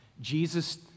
Jesus